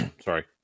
sorry